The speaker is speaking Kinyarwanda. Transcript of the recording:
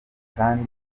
kandi